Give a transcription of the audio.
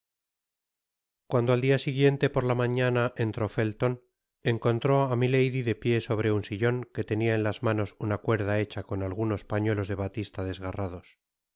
cuando al dia siguiente por la mañana entró felton encontró á milady de pié sobre un sillon que tenia en las manos una cuerda hecha con algunos pañuelos de batista desgarrados